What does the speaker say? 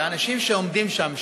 אלה אנשים שעומדים שם,